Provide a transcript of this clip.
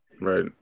Right